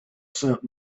sent